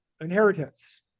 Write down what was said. inheritance